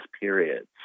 periods